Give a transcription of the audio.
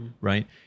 right